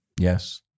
Yes